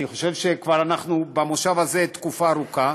אני חושב שאנחנו במושב הזה כבר תקופה ארוכה,